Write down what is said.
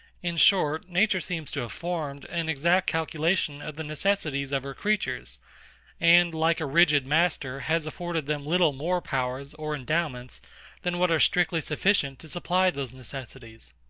in short, nature seems to have formed an exact calculation of the necessities of her creatures and, like a rigid master, has afforded them little more powers or endowments than what are strictly sufficient to supply those necessities.